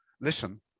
listen